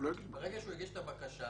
הקשה